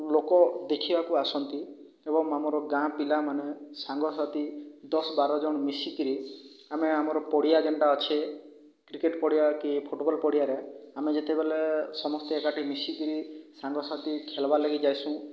ଲୋକ ଦେଖିବାକୁ ଆସନ୍ତି ଏବଂ ଆମର ଗାଁ ପିଲାମାନେ ସାଙ୍ଗ ସାଥି ଦଶ ବାର୍ ଜଣ୍ ମିଶିକରି ଆମେ ଆମର ପଡ଼ିଆ ଯେନ୍ଟା ଅଛେ କ୍ରିକେଟ ପଡ଼ିଆ କି ଫୁଟବଲ ପଡ଼ିଆରେ ଆମେ ଯେତେବେଲେ ସମସ୍ତେ ଏକାଠି ମିଶିକିରି ସାଙ୍ଗସାଥି ଖେଳ୍ବା ଲାଗି ଯାଇଷୁଁ